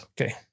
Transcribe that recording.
Okay